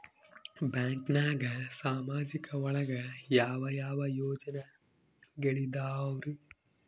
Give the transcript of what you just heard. ಬ್ಯಾಂಕ್ನಾಗ ಸಾಮಾಜಿಕ ಒಳಗ ಯಾವ ಯಾವ ಯೋಜನೆಗಳಿದ್ದಾವ್ರಿ?